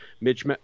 Mitch